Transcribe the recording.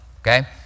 okay